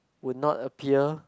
would not appear